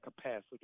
capacity